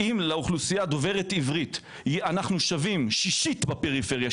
אם האוכלוסייה דוברת העברית שווה שישית בפריפריה,